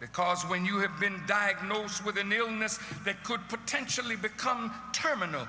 because when you have been diagnosed with an illness that could potentially become terminal